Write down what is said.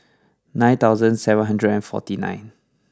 nine thousand seven hundred and forty nine